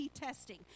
testing